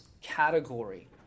category